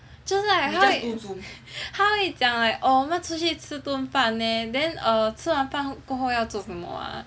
就是他会讲我们出去吃顿饭 leh then 吃完饭我们要做什么啊